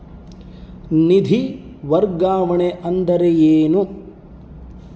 ನಿಧಿ ವರ್ಗಾವಣೆ ಅಂದರೆ ಏನು?